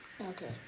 Okay